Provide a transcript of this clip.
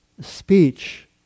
speech